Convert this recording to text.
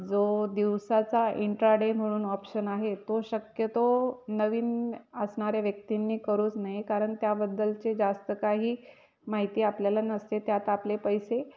जो दिवसाचा intraday म्हणून ऑप्शन आहे तो शक्यतो नवीन असणाऱ्या व्यक्तींनी करूच नये कारण त्याबद्दलचे जास्त काही माहिती आपल्याला नसते त्यात आपले पैसे